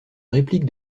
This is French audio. réplique